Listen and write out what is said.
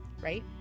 right